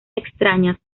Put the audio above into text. extrañas